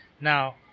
Now